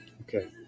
Okay